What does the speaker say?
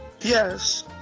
yes